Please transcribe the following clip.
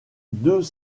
deux